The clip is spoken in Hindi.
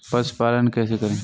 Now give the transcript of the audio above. पशुपालन कैसे करें?